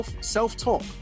self-talk